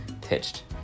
pitched